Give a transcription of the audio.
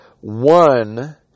one